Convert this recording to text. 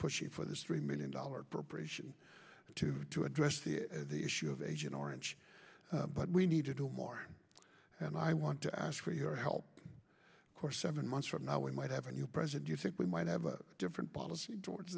pushing for this three million dollars appropriation to do to address the issue of agent orange but we need to do more and i want to ask for your help of course seven months from now we might have a new president you think we might have a different policy towards